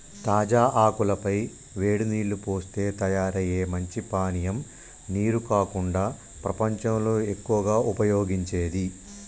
తాజా ఆకుల పై వేడి నీల్లు పోస్తే తయారయ్యే మంచి పానీయం నీరు కాకుండా ప్రపంచంలో ఎక్కువగా ఉపయోగించేది